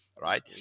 right